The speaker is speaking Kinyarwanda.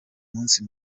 munsi